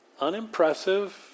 unimpressive